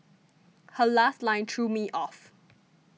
her last line threw me off